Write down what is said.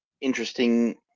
interesting